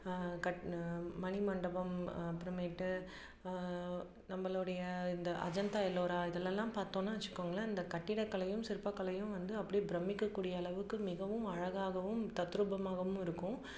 cut மணிமண்டபம் அப்புறமேட்டு நம்பளோடைய இந்த அஜந்தா எல்லோரா இதுலெலாம் பார்த்தோம்னா வச்சுக்கோங்களேன் இந்த கட்டிடக்கலையும் சிற்பக்கலையும் வந்து அப்படியே பிரமிக்கக்கூடிய அளவுக்கு மிகவும் அழகாகவும் தத்ரூபமாகவும் இருக்கும்